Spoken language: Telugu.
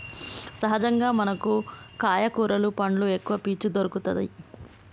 సహజంగా మనకు కాయ కూరలు పండ్లు ఎక్కవ పీచు దొరుకతది